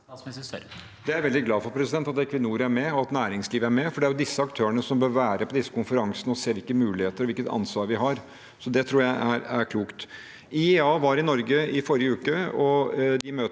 Jeg er veldig glad for at Equinor er med, og at næringslivet er med, for det er disse aktørene som bør være med på disse konferansene og se hvilke muligheter og hvilket ansvar vi har. Det tror jeg er klokt. IEA var i Norge i forrige uke. I de møtene